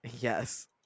Yes